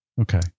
Okay